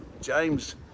James